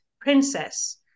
princess